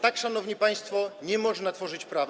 Tak, szanowni państwo, nie można tworzyć prawa.